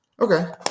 Okay